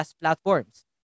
platforms